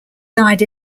died